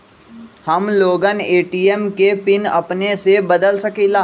हम लोगन ए.टी.एम के पिन अपने से बदल सकेला?